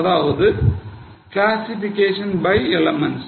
அதாவது cost classification by elements